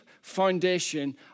foundation